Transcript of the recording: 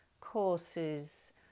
courses